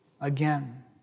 again